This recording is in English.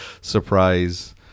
surprise